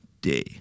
day